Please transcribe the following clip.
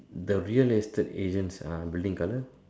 the real estate agents are building colour